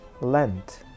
Lent